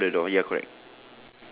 left side of the door ya correct